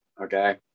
okay